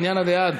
בניין עדי עד.